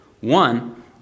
One